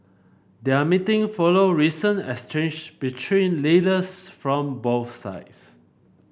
their meeting follow recent exchange between leaders from both sides